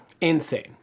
Insane